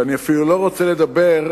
ואני אפילו לא רוצה לדבר,